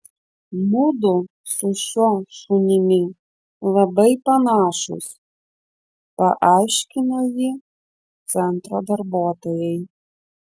mudu su šiuo šunimi labai panašūs paaiškino ji centro darbuotojai